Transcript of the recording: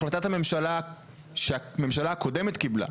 החלטת הממשלה שהממשלה הקודמת קיבלה,